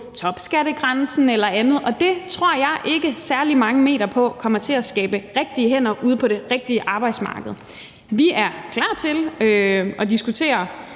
topskattegrænsen eller andet, og det tror jeg ikke særlig mange meter på kommer til at skabe rigtige hænder ude på det rigtige arbejdsmarked. Vi er klar til at diskutere